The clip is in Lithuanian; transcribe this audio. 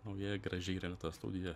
nauja gražiai įrengta studija